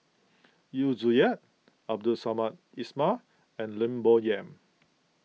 Yu Zhuye Abdul Samad Ismail and Lim Bo Yam